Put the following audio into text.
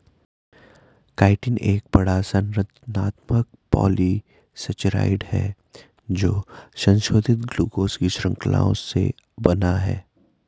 chitin एक बड़ा, संरचनात्मक पॉलीसेकेराइड है जो संशोधित ग्लूकोज की श्रृंखलाओं से बना है